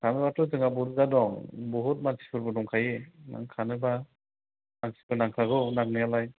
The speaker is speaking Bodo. खाग्राथ' जोंहा बुरजा दं बुहुथ मानसि फोरबो दंखायो नों खानोब्ला मानसिबो नांखागौ नांनायआलाय